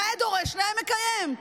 נאה דורש, נאה מקיים.